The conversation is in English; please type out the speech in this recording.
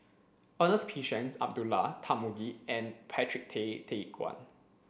Ernest P Shanks Abdullah Tarmugi and Patrick Tay Teck Guan